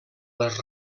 les